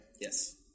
Yes